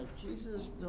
Jesus